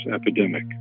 epidemic